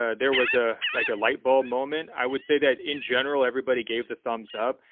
ah there was a like a light bulb moment. i would say that in general, everybody gave the thumbs up.